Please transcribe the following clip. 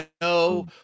no